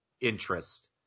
interest